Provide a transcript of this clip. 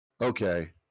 Okay